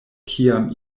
kiam